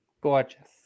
Gorgeous